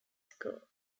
school